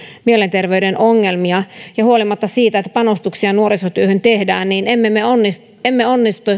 mielenterveyden ongelmia ja huolimatta siitä että panostuksia nuorisotyöhön tehdään emme